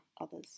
others